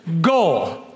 Goal